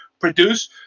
produce